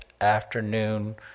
afternoon